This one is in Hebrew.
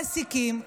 המעסיקים,